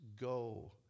Go